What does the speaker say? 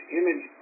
image